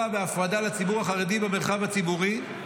בהפרדה לציבור החרדי במרחב הציבורי.